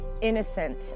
innocent